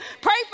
Pray